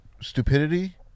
stupidity